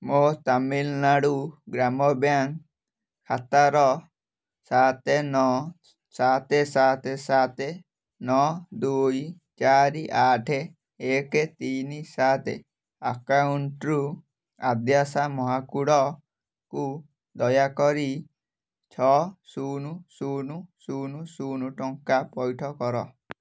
ମୋ ତାମିଲନାଡ଼ୁ ଗ୍ରାମ ବ୍ୟାଙ୍କ୍ ଖାତାର ସାତ ନଅ ସାତ ସାତ ସାତ ନଅ ଦୁଇ ଚାରି ଆଠ ଏକ ତିନି ସାତ ଆକାଉଣ୍ଟରୁ ଆଦ୍ୟାଶା ମହାକୁଡ଼କୁ ଦୟାକରି ଛଅ ଶୂନ ଶୂନ ଶୂନ ଶୂନ ଟଙ୍କା ପଇଠ କର